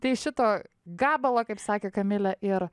tai šito gabalo kaip sakė kamilė ir